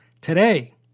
Today